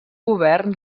govern